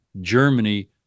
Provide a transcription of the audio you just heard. Germany